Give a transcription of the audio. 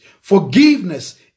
Forgiveness